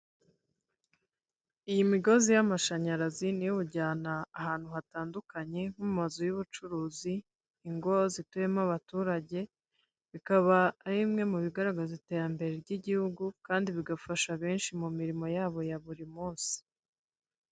Iyi migozi y'amashanyarazi, niyo ujyana ahantu hatandukanye, nko mu mazu y'ubucuruzi, ingo zituyemo abaturage, bikaba ari bimwe mu bigaragaza iterambere ry'igihugu, kandi bigafasha benshi mu mirimo ya bo ya buri munsi.